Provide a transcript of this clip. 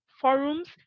forums